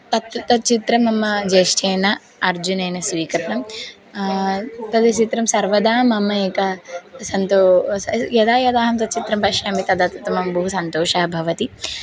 तत् तच्चित्रं मम ज्येष्ठेन अर्जुनेन स्वीकृतं तद् चित्रं सर्वदा मम एका सन्तो यदा यदा अहं तच्चित्रं पश्यामि तदा तत् मम बहु सन्तोषः भवति